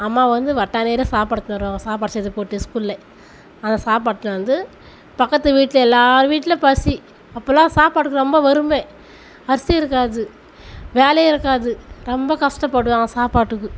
அம்மா வந்து வட்டல் நிறைய சாப்பாடு எடுத்துன்னு வருவாங்கோ சாப்பாடு செய்து போட்டு ஸ்கூலில் அந்த சாப்பாட்டை வந்து பக்கத்து வீட்டில் எல்லாேர் வீட்லேயும் பசி அப்பெல்லாம் சாப்பாட்டுக்கு ரொம்ப வறுமை அரிசி இருக்காது வேலையும் இருக்காது ரொம்ப கஷ்டப்படுவோம் சாப்பாட்டுக்கு